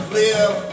live